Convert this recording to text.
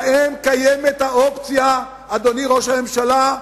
להם קיימת האופציה, אדוני ראש הממשלה,